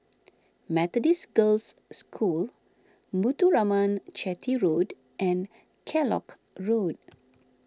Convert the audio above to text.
Methodist Girls' School Muthuraman Chetty Road and Kellock Road